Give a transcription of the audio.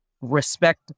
respect